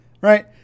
right